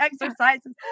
exercises